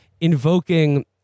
invoking